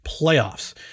playoffs